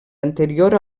anterior